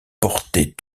portait